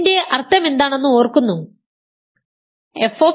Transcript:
ഇതിന്റെ അർത്ഥമെന്താണെന്ന് ഓർക്കുന്നോ